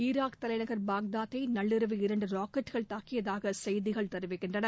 Iraq தலைநகர் பாக்தாதை நள்ளிரவு இரன்டு ராக்கெட்டுகள் தாக்கியதாக செய்திகள் தெரிவிக்கின்றன